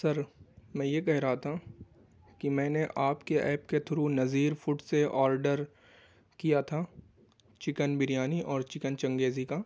سر میں یہ کہہ رہا تھا کہ میں نے آپ کے ایپ کے تھرو نذیر فوڈ سے آرڈر کیا تھا چكن بریانی اور چکن چنگیزی كا